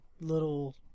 little